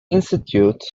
institute